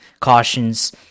cautions